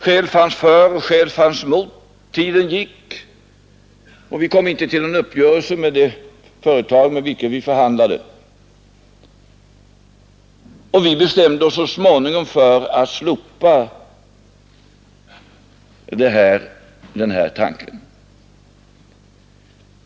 Skäl fanns för och skäl fanns mot. Tiden gick, och vi kom inte till någon uppgörelse med det företag med vilket vi förhandlade. Vi bestämde oss så småningom för att slopa denna tanke.